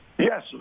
Yes